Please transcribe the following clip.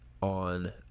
on